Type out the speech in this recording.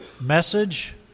message